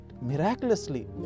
miraculously